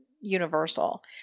Universal